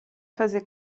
fase